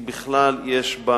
בכלל, יש בה